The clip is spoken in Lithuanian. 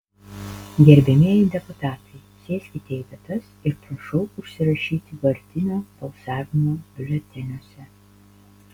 gerbiamieji deputatai sėskite į vietas ir prašau užsirašyti vardinio balsavimo biuleteniuose